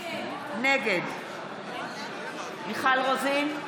נגד מיכל רוזין,